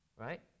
Right